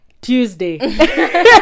tuesday